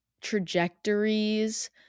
trajectories